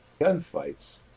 gunfights